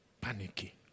Panicky